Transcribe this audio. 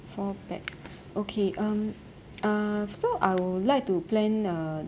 four pax okay um uh so I would like to plan uh